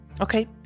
Okay